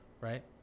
right